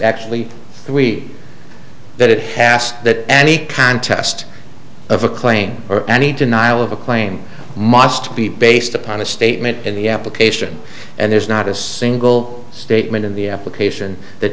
actually we that it has that any contest of a claim or any denial of a claim must be based upon a statement in the application and there's not a single statement in the application that